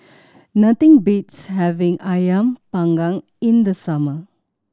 nothing beats having Ayam Panggang in the summer